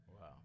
Wow